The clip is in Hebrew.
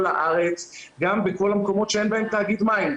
הארץ גם בכל המקומות שאין בהם תאגיד מים.